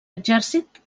exèrcit